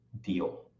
deal